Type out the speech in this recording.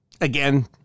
Again